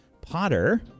Potter